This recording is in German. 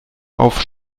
auf